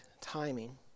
timing